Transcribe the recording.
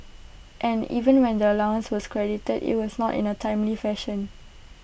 and even when the allowance was credited IT was not in A timely fashion